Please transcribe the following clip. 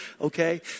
okay